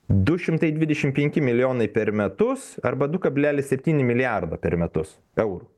du šimtai dvidešim penki milijonai per metus arba du kablelis septyni milijardo per metus eurų